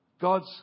God's